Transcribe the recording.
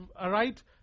right